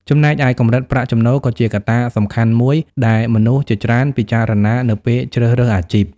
ចំណែកឯកម្រិតប្រាក់ចំណូលក៏ជាកត្តាសំខាន់មួយដែលមនុស្សជាច្រើនពិចារណានៅពេលជ្រើសរើសអាជីព។